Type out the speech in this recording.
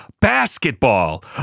basketball